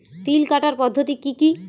তিল কাটার পদ্ধতি কি কি?